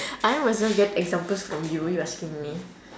I was the one who get examples from you you asking me